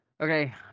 Okay